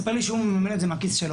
הוא סיפר לי שהוא מממן את הטיפול מכיסו.